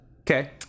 Okay